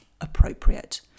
appropriate